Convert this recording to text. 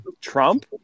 Trump